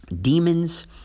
Demons